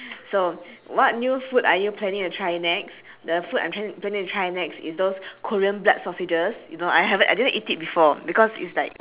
so what new food are you planning to try next the food I'm trying planning to try next is those korean blood sausages you know I haven't I didn't eat it before because it's like